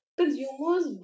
consumers